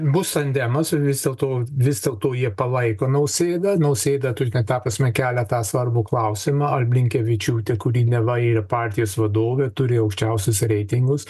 bus tandemas ir vis dėlto vis dėlto jie palaiko nausėdą nausėda turi na ta prasme keletą svarbų klausimą ar blinkevičiūtė kuri neva yra partijos vadovė turi aukščiausius reitingus